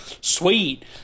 Sweet